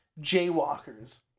jaywalkers